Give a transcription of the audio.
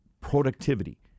productivity